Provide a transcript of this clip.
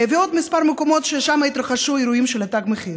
ובעוד כמה מקומות שבהם התרחשו אירועים של תג מחיר.